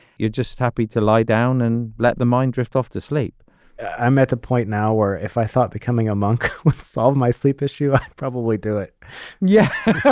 you're just happy to lie down and let the mind drift off to sleep i'm at a point now where if i thought becoming a monk would solve my sleep issue, i probably do it yeah,